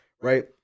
right